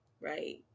Right